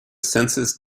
census